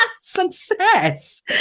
success